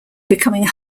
becoming